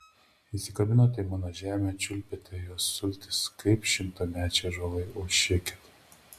įsikabinote į mano žemę čiulpėte jos sultis kaip šimtamečiai ąžuolai o šekit